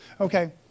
Okay